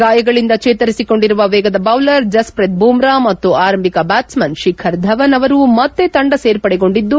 ಗಾಯಗಳಿಂದ ಚೇತರಿಸಿಕೊಂಡಿರುವ ವೇಗದ ಬೌಲರ್ ಜಸ್ನೀತ್ ಬುಮ್ರಾ ಹಾಗೂ ಆರಂಭಿಕ ಬ್ಯಾಟ್ಸೆಮನ್ ಶಿಖರ್ ಧವನ್ ಅವರು ಮತ್ತೆ ತಂಡ ಸೇರ್ಪಡೆಗೊಂಡಿದ್ದು